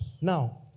Now